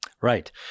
Right